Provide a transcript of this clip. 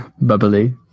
Bubbly